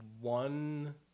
one